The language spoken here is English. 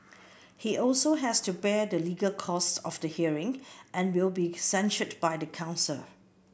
he also has to bear the legal costs of the hearing and will be censured by the council